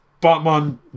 Batman